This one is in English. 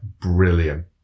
Brilliant